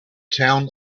town